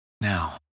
now